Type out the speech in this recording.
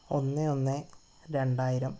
ഒന്ന് ഒന്ന് രണ്ടായിരം